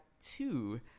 two